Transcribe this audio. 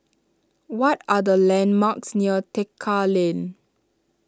what are the landmarks near Tekka Lane